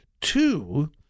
two